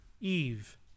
Eve